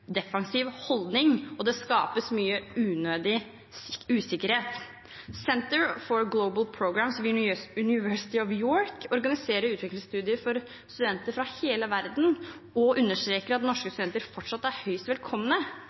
defensiv holdning, og det skapes mye unødig usikkerhet. Centre for Global Programmes på University of York organiserer utvekslingsstudier for studenter fra hele verden og understreker at norske studenter fortsatt er